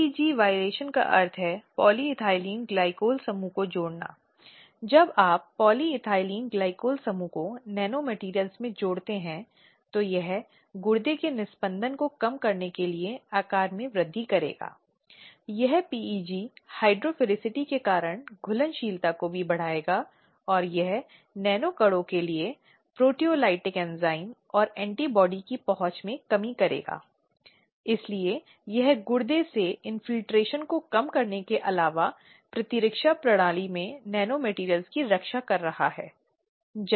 ऐसे संगठन के लिए यह जगह होगी या यौन उत्पीड़न की किसी भी शिकायत को देखने के लिए शिकायत तंत्र निवारण निकाय स्थानीय शिकायत समिति होगी लेकिन किसी भी अन्य संगठन के लिए जहां 10 या अधिक महिला कर्मचारी हैं जिन्हें संगठित किया गया है जिनके द्वारा नियोजित किया गया है ऐसे सभी संगठनों में संगठन को अनिवार्य रूप से आंतरिक शिकायत समिति की स्थापना करनी होगी